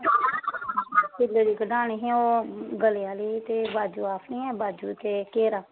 तिलै दी कढ़ानी ही गलै दा ते बाजू दा ते आक्खनी आं बाजू ते घेरा